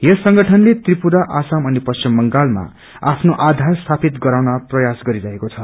यस संगठनले त्रिपुरा असम अनि पश्चिम बांगलमा आफ्नो आधार सगीपित गराउने प्रयास गरिरहेको छ